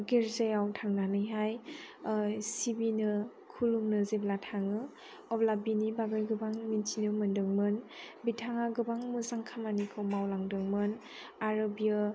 गिर्जायाव थांनानैहाय सिबिनो खुलुमनो जेब्ला थाङो अब्ला बिनि बागै गोबां मिन्थिनो मोन्दोंमोन बिथाङा गोबां मोजां खामानिखौ मावलांदोंमोन आरो बियो